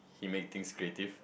he make things creative